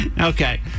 Okay